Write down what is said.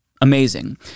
Amazing